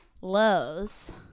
lows